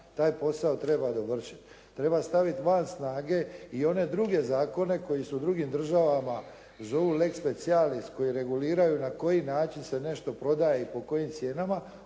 taj posao treba dovršiti. Treba staviti van snage i one druge zakone koji su u drugim državama zovu lex specialis koji reguliraju na koji način se nešto prodaje i pod kojim cijenama,